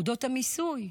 נקודות המיסוי,